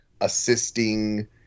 assisting